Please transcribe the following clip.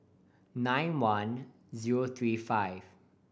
nine one zero three five